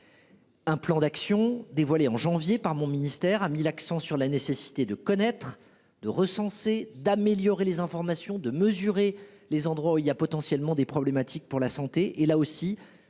Un plan d'action dévoilé en janvier dernier par mon ministère a mis l'accent sur la nécessité de connaître l'existant, de recenser et d'améliorer les informations ou encore de mesurer les endroits où il y a potentiellement des problèmes pour la santé. Là aussi,